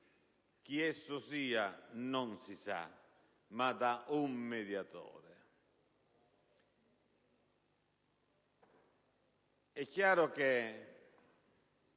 Chi esso sia non si sa, ma da un mediatore.